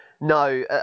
No